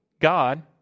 God